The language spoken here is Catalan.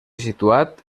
situat